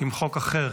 עם חוק אחר